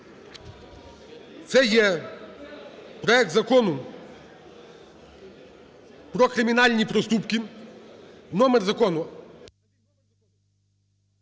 Це є проект Закону про кримінальні проступки. Номер закону